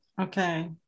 Okay